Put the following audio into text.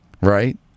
Right